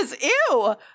ew